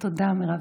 תודה רבה.